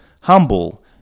humble